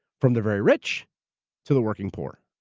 from the very rich to the working poor.